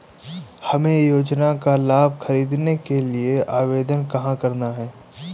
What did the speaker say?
हमें योजना का लाभ ख़रीदने के लिए आवेदन कहाँ करना है?